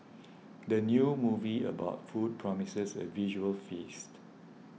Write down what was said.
the new movie about food promises a visual feast